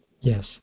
Yes